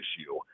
issue